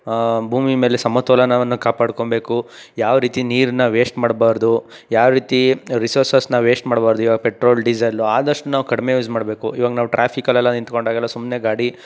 ಭೂಮಿ ಮೇಲೆ ಸಮತೋಲನವನ್ನು ಕಾಪಾಡ್ಕೊಬೇಕು ಯಾವ ರೀತಿ ನೀರನ್ನು ವೇಸ್ಟ್ ಮಾಡಬಾರದು ಯಾವ ರೀತಿ ರಿಸೋರ್ಸಸ್ಸನ್ನು ವೇಸ್ಟ್ ಮಾಡಬಾರದು ಇವಾಗ ಪೆಟ್ರೋಲ್ ಡೀಸಲ್ ಆದಷ್ಟು ನಾವು ಕಡಿಮೆ ಯೂಸ್ ಮಾಡಬೇಕು ಇವಾಗ ನಾವು ಟ್ರಾಫಿಕಲ್ಲೆಲ್ಲ ನಿಂತ್ಕೊಂಡಾಗ ಎಲ್ಲ ಸುಮ್ಮನೆ ಗಾಡಿ